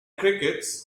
crickets